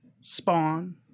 Spawn